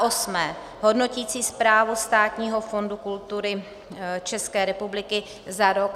8. hodnoticí zprávu Státního fondu kultury České republiky za rok 2017;